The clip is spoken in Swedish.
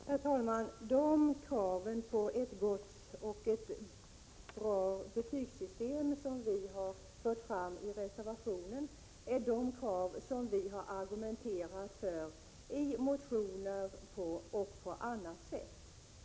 Herr talman! De krav på ett gott och bra betygssystem som vi har fört fram i reservationen är de krav som vi har argumenterat för i motioner och på annat sätt.